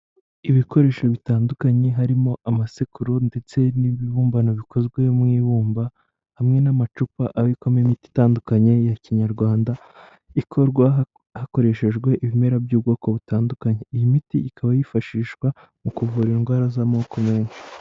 Ibikoresho bitandukanye harimo amasekuru ndetse n'ibibumbano bikozwe mu ibumba, hamwe n'amacupa abikwamo imiti itandukanye ya kinyarwanda, ikorwa hakoreshejwe ibimera by'ubwoko butandukanye iyi miti ikaba yifashishwa mu kuvura indwara z'amoko menshi.